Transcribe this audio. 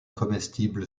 comestible